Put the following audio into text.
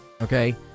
Okay